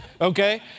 Okay